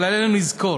אבל עלינו לזכור